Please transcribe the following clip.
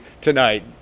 tonight